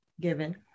given